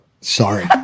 sorry